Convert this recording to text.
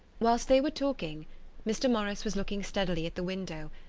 whilst they were talking mr. morris was looking steadily at the window,